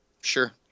Sure